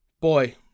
boy